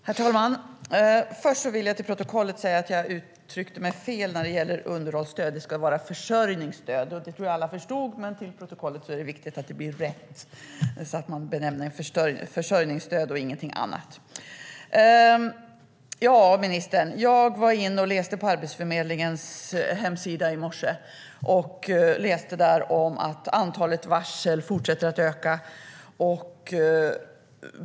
Herr talman! Först vill jag för protokollet säga att jag utryckte mig fel om underhållsstöd. Det ska vara försörjningsstöd. Det tror jag att alla förstod, men för protokollet är det viktigt att det blir rätt. Det ska benämnas försörjningsstöd och inget annat. Jag var inne och läste på Arbetsförmedlingens hemsida i morse. Där läste jag att antalet varsel fortsätter att öka.